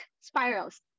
spirals